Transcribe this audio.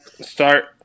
start